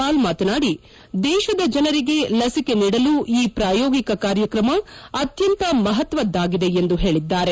ಪಾಲ್ ಮಾತನಾಡಿ ದೇಶದ ಜನರಿಗೆ ಲಸಿಕೆ ನೀಡಲು ಈ ಪ್ರಾಯೋಗಿಕ ಕಾರ್ಯಕ್ರಮ ಅತ್ಯಂತ ಮಹತ್ವದ್ದಾಗಿದೆ ಎಂದು ಹೇಳಿದರು